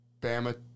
Bama